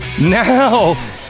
Now